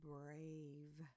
Brave